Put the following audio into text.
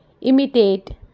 Imitate